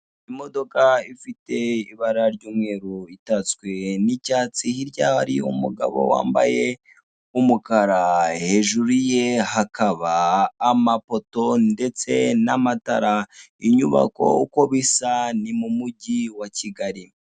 Imodoka ifite ibara ry'umweru itanswe n'icyatsi hirya hariyo umugabo wambaye umukara hejuru ye hakaba amapoto ndetse n'amatara inyubako uko bisa ni mumugi wa kigali.